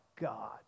God